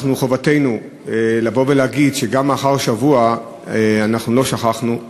חובתנו לבוא ולהגיד שגם לאחר שבוע לא שכחנו,